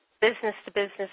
business-to-business